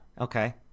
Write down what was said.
Okay